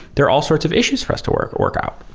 there are all sorts of issues for us to work work out.